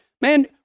Man